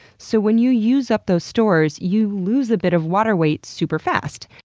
so, when you use up those stores, you lose a bit of water weight super fast.